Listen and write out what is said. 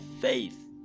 faith